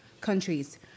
countries